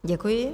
Děkuji.